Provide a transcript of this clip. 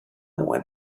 when